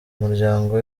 muryango